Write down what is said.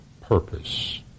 purpose